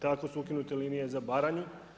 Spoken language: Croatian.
Tako su ukinute linije za Baranju.